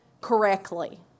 correctly